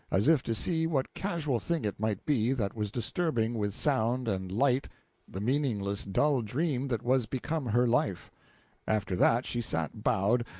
as if to see what casual thing it might be that was disturbing with sound and light the meaningless dull dream that was become her life after that, she sat bowed,